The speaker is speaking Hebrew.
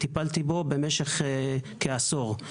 טיפלתי בו במשך כעשור.